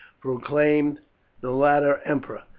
proclaimed the latter emperor.